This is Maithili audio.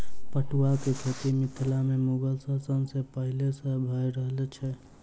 पटुआक खेती मिथिला मे मुगल शासन सॅ पहिले सॅ भ रहल छै